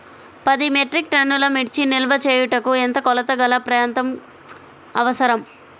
పది మెట్రిక్ టన్నుల మిర్చి నిల్వ చేయుటకు ఎంత కోలతగల ప్రాంతం అవసరం?